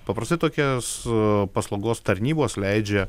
paprastai tokias paslaugos tarnybos leidžia